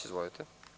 Izvolite.